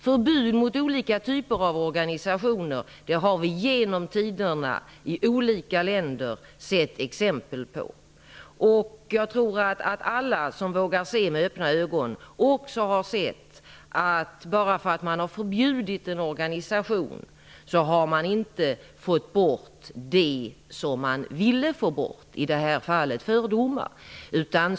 Förbud mot olika typer av organisationer har vi i olika länder genom tiderna sett exempel på. Jag tror att alla som vågar se med öppna ögon också har sett att man, bara för att en organisation förbjudits, inte har fått bort det som man ville få bort - i det här fallet fördomar.